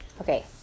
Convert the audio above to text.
Okay